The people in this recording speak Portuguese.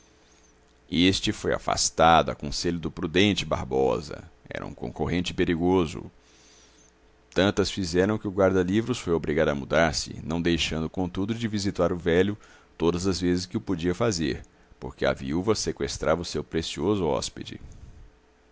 este foi afastado a conselho do prudente barbosa era um concorrente perigoso tantas fizeram que o guarda-livros foi obrigado a mudar-se não deixando contudo de visitar o velho todas as vezes que o podia fazer porque a viúva seqüestrava o seu precioso hóspede